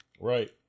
right